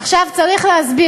עכשיו צריך להסביר.